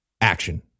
action